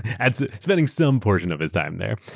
and spending some portion of his time there.